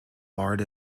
barred